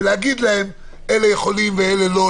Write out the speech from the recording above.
ולהגיד להם: אלה יכולים ואלה לא,